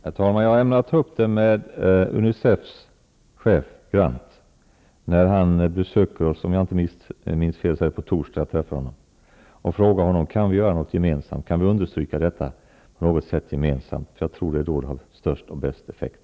Herr talman! Jag ämnar ta upp detta med Unicef-chefen Grant, när han be söker oss. Om jag inte minns fel är det på torsdag jag träffar honom och tänker fråga honom vad vi kan göra gemensamt. Jag tror att de gemensamma insatserna ger den bästa och största effekten.